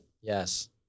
Yes